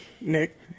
Nick